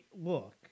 look